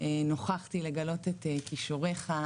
נוכחתי לגלות את כישוריך,